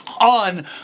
on